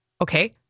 Okay